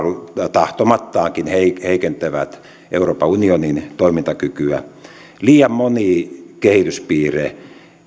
tahtomattaankin heikentävät euroopan unionin toimintakykyä liian moni kehityspiirre